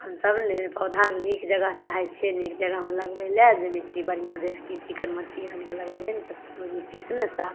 हमसभ ने पौधा नीक जगह चाहै छियै नीक जगहमे लगबै लए जे मिट्टी बढ़िआँ जाहिसँ कि चिकन मिट्टी आनि कऽ लगेबै ने तऽ ओहि मिट्टी सँ ने साफ